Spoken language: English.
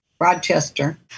Rochester